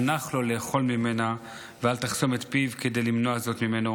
הנח לו לאכול ממנה ואל תחסום את פיו כדי למנוע זאת ממנו